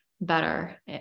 better